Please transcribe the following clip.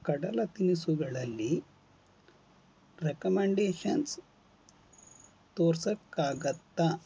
ಕಡಲ ತಿನಿಸುಗಳಲ್ಲಿ ರೆಕಮಂಡೇಷನ್ಸ್ ತೋರ್ಸೋಕ್ಕಾಗತ್ತಾ